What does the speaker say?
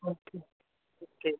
okay okay